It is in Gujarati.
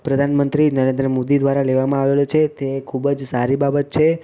પ્રધાનમંત્રી નરેન્દ્ર મોદી દ્વારા લેવામાં આવ્યો છે તે ખૂબ જ સારી બાબત છે